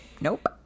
Nope